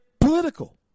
political